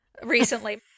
Recently